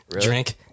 drink